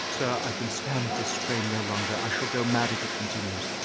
sir, i can stand this strain no longer i shall go mad if it continues.